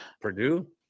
Purdue